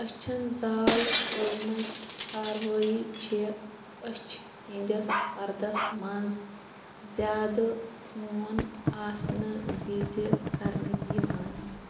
أچھن زال تُلنٕچ كاروٲیی چھِ أچھ ہِنٛدِس پَردس منٛز زیادٕ خوٗن آسنہٕ وِزِ كرنہٕ یِوان